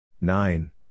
nine